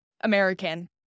American